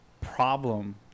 problem